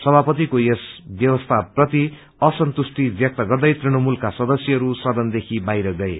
समापतिको यस व्यवस्था प्रति असन्तुष्टी व्यक्त गर्दै तृणमूलका सदस्यहरू सदनदेखि बाहिर गए